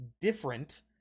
different